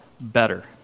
better